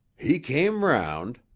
he came round,